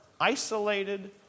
isolated